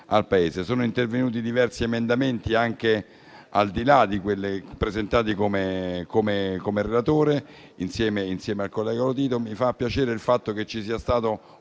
al Paese. Sono intervenuti diversi emendamenti, anche al di là di quelli presentati come relatore, insieme al collega Lotito. Mi fa piacere che ci sia stato